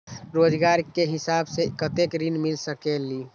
रोजगार के हिसाब से कतेक ऋण मिल सकेलि?